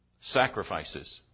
sacrifices